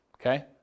Okay